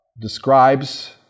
describes